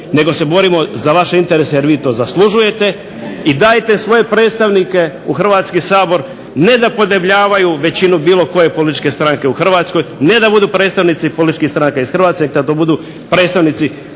nego se borimo za vaše interese jer vi to zaslužujete. I dajete svoje predstavnike u Hrvatski sabor ne da podebljavaju većinu bilo koje političke stranke u Hrvatskoj ne da budu predstavnici političkih stranka iz Hrvatske da to budu predstavnici